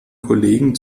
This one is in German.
kollegen